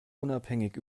unabhängig